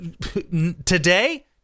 Today